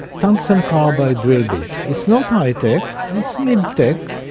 tungsten carbide drill bits. it's not high-tech, its mid-tech.